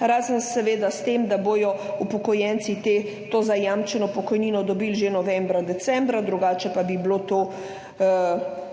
razen seveda s tem, da bodo upokojenci te, to zajamčeno pokojnino dobili že novembra, decembra, drugače pa bi bilo to tekom,